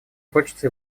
хочется